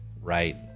right